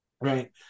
right